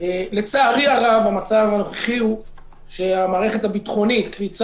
לצערי הרב המצב הנוכחי הוא שבמערכת הביטחונית קרי,